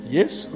Yes